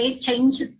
change